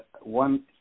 one